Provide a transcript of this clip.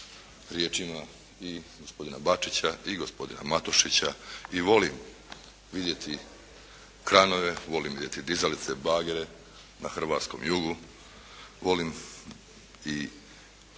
riječima i gospodina Bačića i gospodina Matošića i volim vidjeti kranove, volim vidjeti dizalice, bagere na hrvatskom jugu, volim i